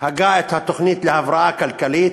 הגה את התוכנית להבראה כלכלית,